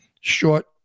short